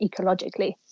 ecologically